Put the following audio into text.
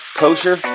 kosher